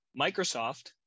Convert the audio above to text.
Microsoft